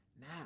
now